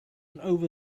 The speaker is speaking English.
over